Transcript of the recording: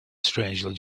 strangely